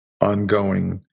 ongoing